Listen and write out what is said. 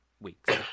weeks